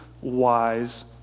wise